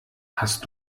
hast